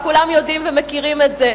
וכולם יודעים ומכירים את זה.